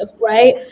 right